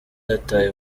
yataye